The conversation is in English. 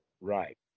Right